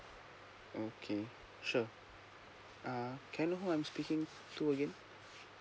okay sure uh can who I'm speaking to again